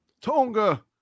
Tonga